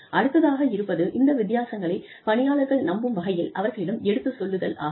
அடுத்ததாக இருப்பது இந்த வித்தியாசங்களை பணியாளர்கள் நம்பும் வகையில் அவர்களிடம் எடுத்து சொல்லுதல் ஆகும்